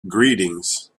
greetings